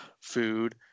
food